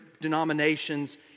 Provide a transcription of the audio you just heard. denominations